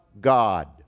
God